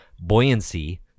buoyancy